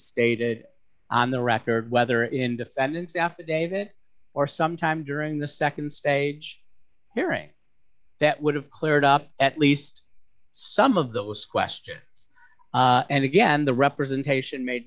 stated on the record whether in defendant's affidavit or sometime during the nd stage hearing that would have cleared up at least some of those questions and again the representation made